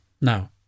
Now